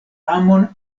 amon